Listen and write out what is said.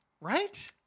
right